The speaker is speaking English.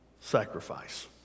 sacrifice